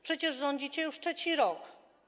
Przecież rządzicie już trzeci rok.